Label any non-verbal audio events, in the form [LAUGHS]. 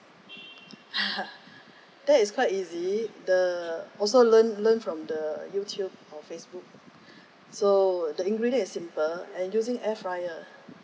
[LAUGHS] that is quite easy the also learn learn from the youtube or facebook so the ingredient is simple and using air fryer